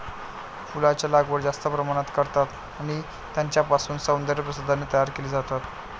फुलांचा लागवड जास्त प्रमाणात करतात आणि त्यांच्यापासून सौंदर्य प्रसाधने तयार केली जातात